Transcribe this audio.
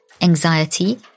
Anxiety